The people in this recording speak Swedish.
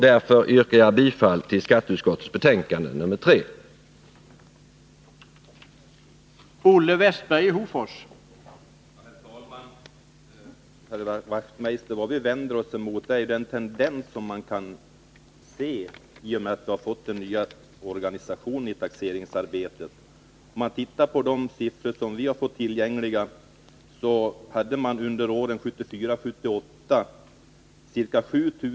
Därför yrkar jag bifall till skatteutskottets hemställan i dess betänkande nr 3